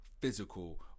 physical